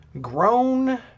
Grown